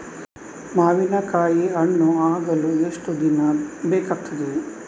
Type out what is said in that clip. ಮಾವಿನಕಾಯಿ ಹಣ್ಣು ಆಗಲು ಎಷ್ಟು ದಿನ ಬೇಕಗ್ತಾದೆ?